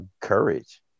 courage